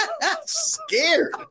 Scared